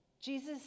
jesus